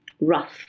rough